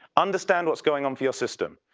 understand what's going on for your system.